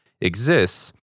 exists